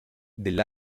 del